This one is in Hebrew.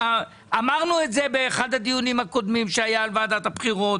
אמרנו את זה באחד הדיונים הקודמים שהיה על ועדת הבחירות.